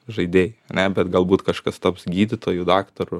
žaidėjai ane bet galbūt kažkas taps gydytoju daktaru